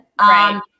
Right